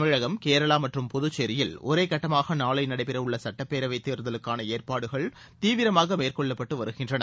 தமிழகம் கேரளா மற்றும் புதுச்சேரியில் ஒரே கட்டமாக நாளை நடைபெறவுள்ள சட்டப்பேரவைத் தேர்தலுக்கான ஏற்பாடுகள் தீவிரமாக மேற்கொள்ளப்பட்டு வருகின்றன